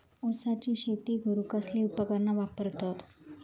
ऊसाची शेती करूक कसली उपकरणा वापरतत?